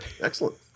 Excellent